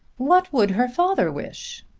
what would her father wish?